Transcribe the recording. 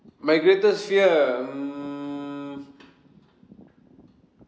my greatest fear mm